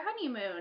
honeymoon